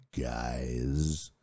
guys